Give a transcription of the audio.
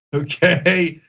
okay,